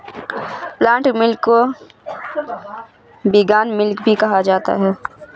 plant milk को vegan milk भी कहा जाता है